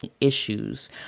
issues